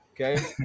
Okay